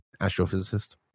astrophysicist